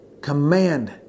Command